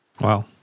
Wow